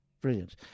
Brilliant